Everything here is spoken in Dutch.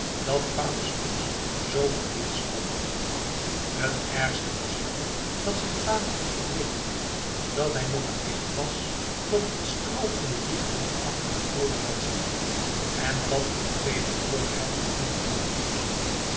dat vaders muts z verkeerd stond het ergste was wel dat zijn vader hem verweet dat hij nog een wicht was dat het stroo van de wieg nog achter de ooren had zitten en dat in tegenwoordigheid van jonker van der does